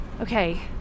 Okay